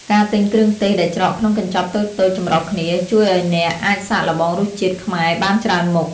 ការទិញគ្រឿងទេសដែលច្រកក្នុងកញ្ចប់តូចៗចម្រុះគ្នា ជួយឱ្យអ្នកអាចសាកល្បងរសជាតិខ្មែរបានច្រើនមុខ។